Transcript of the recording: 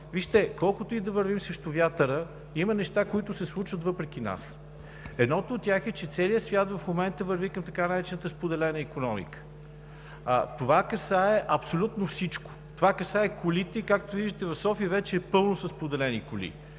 Вижте, колкото и да вървим срещу вятъра, има неща, които се случват въпреки нас. Едното от тях е, че в момента целият свят върви към така наречената споделена икономика, а това касае абсолютно всичко. Това касае колите и – както виждате, в София вече е пълно със споделени коли